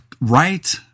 right